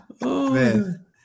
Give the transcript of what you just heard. man